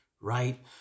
right